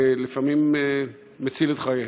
ולפעמים מציל את חייהם.